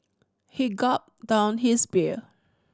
he gulped down his beer